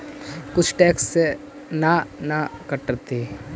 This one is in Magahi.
कुछ टैक्स ना न कटतइ?